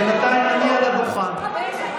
בינתיים אני על הדוכן.